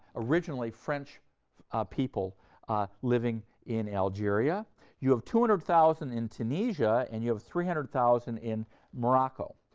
originally french people living in algeria you have two hundred thousand in tunisia and you have three hundred thousand in morocco.